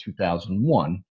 2001